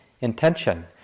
intention